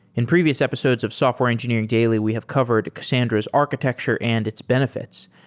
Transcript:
in previous episodes of software engineering daily we have covered cassandra's architecture and its benefits,